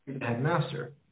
headmaster